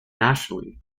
nationally